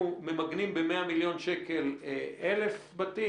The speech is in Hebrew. שממגנים ב-100 מיליון שקלים 100 בתים.